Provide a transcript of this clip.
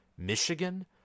Michigan